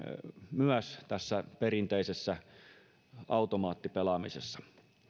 myös perinteisessä automaattipelaamisessa